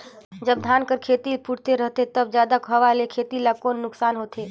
जब धान कर खेती फुटथे रहथे तब जादा हवा से खेती ला कौन नुकसान होथे?